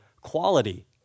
quality